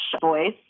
voice